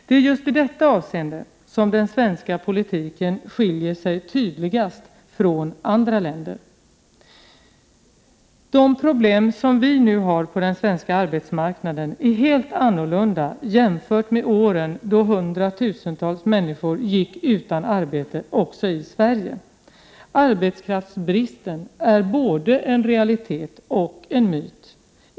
Det är just i detta avseende som den svenska politiken skiljer sig tydligast från andra länders. De problem vi nu har på den svenska arbetsmarknaden är helt annorlunda jämfört med åren då hundratusentals människor gick utan arbete, också i Sverige. Arbetskraftsbristen är både en realitet och en myt.